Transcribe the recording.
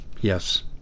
yes